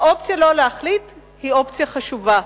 האופציה לא להחליט היא אופציה חשובה.